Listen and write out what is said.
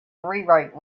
rewrite